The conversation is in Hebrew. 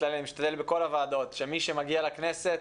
כללי אני משתדל בכל הוועדות שמי שמגיע לכנסת